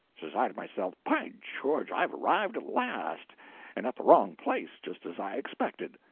says i to myself by george, i've arrived at last and at the wrong place, just as i expected!